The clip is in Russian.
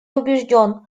убежден